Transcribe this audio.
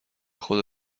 خدا